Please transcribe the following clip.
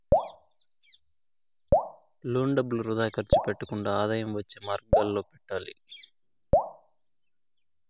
loan డబ్బులు వృథా ఖర్చు పెట్టకుండా ఆదాయం వచ్చే మార్గాలలో పెట్టాలి